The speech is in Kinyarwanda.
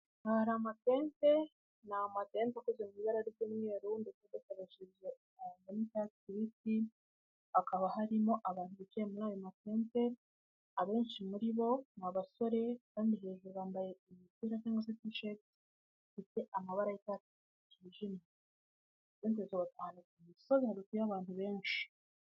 Aha hari amatente, ni amatente akoze mu ibara ry'umweru ndetse hari ay'umutuku n'icyatsi kibisi, hakaba harimo abantu bicaye muri ayo matente, abenshi muri bo ni abasore kandi hejuru bambaye imipira cyangwa t-shirt ifite amabara y'icyatsi kijimye, bahagaze ahantu mu rusobe tw'abantu benshi.